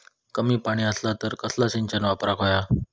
कमी पाणी असला तर कसला सिंचन वापराक होया?